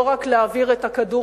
לא רק להעביר את הכדור